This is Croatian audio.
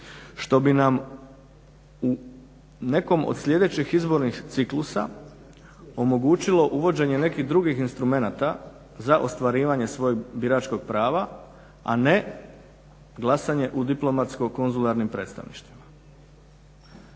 što bi nam u nekom od sljedećih izbornih ciklusa omogućilo uvođenje nekih drugih instrumenata za ostvarivanje svog biračkog prava, a ne glasanje u diplomatsko-konzularnim predstavništvima.